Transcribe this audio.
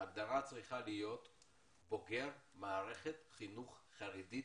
ההגדרה צריכה להיות בוגר מערכת חינוך חרדית,